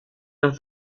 los